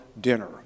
dinner